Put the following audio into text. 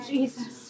Jesus